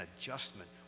adjustment